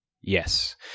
Yes